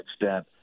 extent